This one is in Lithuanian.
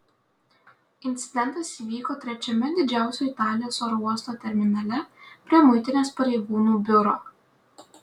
incidentas įvyko trečiame didžiausio italijos oro uosto terminale prie muitinės pareigūnų biuro